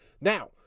now